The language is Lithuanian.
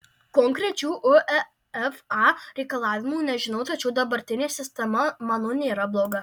konkrečių uefa reikalavimų nežinau tačiau dabartinė sistema manau nėra bloga